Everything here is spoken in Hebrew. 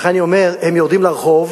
לכן אני אומר, הם יורדים לרחוב